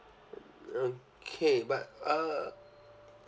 okay but uh